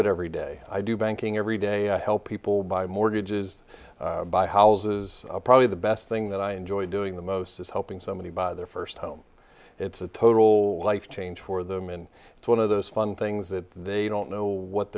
it every day i do banking every day i help people buy mortgages buy houses probably the best thing that i enjoyed doing the most is helping somebody buy their first home it's a total life change for them and it's one of those fun things that they don't know what